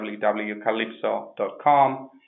www.calypso.com